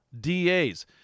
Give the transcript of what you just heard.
DAs